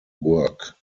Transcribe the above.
work